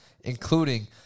including